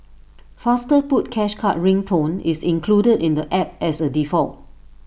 faster put cash card ring tone is included in the app as A default